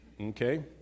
Okay